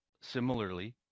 Similarly